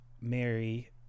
Mary